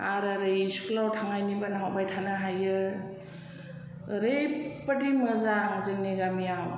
आरो ओरै स्कुलाव थांनायनिबो नाहरबाय थानो हायो ओरैबादि मोजां जोंनि गामियाव